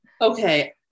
okay